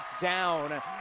down